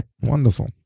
Wonderful